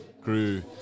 grew